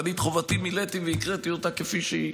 ואני את חובתי מילאתי והקראתי אותה כפי שהיא,